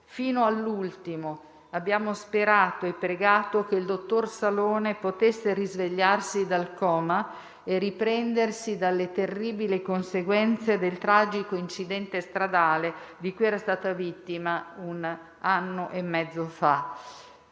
Fino all'ultimo abbiamo sperato e pregato che il dottor Salone potesse risvegliarsi dal coma e riprendersi dalle terribili conseguenze del tragico incidente stradale di cui era stato vittima un anno e mezzo fa.